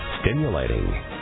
stimulating